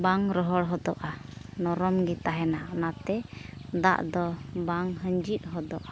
ᱵᱟᱝ ᱨᱚᱦᱚᱲ ᱦᱚᱫᱚᱜᱼᱟ ᱱᱚᱨᱚᱢ ᱜᱮ ᱛᱟᱦᱮᱱᱟ ᱚᱱᱟᱛᱮ ᱫᱟᱜ ᱫᱚ ᱵᱟᱝ ᱦᱤᱸᱡᱤᱫ ᱦᱚᱫᱚᱜᱼᱟ